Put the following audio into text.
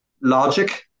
logic